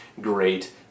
great